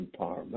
empowerment